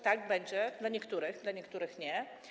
Tak, będzie dla niektórych, dla niektórych nie.